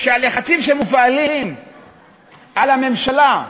שהלחצים שמופעלים על הממשלה,